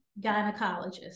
gynecologist